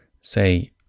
Say